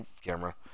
camera